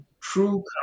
true